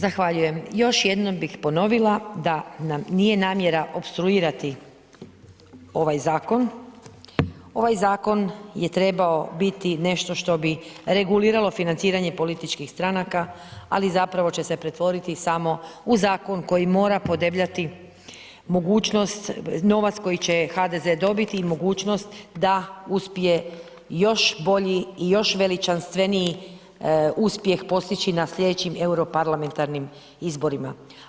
Zahvaljujem, još jednom bih ponovila da nam nije namjera opstruirati ovaj zakon ovaj zakon je trebao biti nešto što bi reguliralo financiranje političkih stranka ali zapravo će se pretvoriti u zakon koji mora podebljati mogućnost, novac koji će HDZ dobiti i mogućnost da uspije još bolji i još veličanstveniji uspjeh postići na slijedećim europarlamentarnim izborima.